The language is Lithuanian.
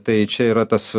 tai čia yra tas